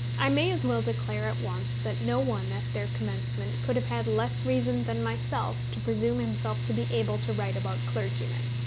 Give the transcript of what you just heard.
i may as well declare at once that no one at their commencement could have had less reason than myself to presume himself to be able to write about clergymen.